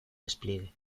despliegue